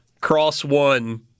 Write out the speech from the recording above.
cross-one